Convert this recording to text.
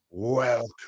Welcome